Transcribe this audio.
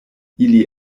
ili